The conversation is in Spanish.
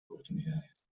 oportunidades